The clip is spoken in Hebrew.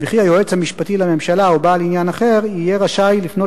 וכי היועץ המשפטי לממשלה או בעל עניין אחר יהיה רשאי לפנות